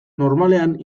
normalean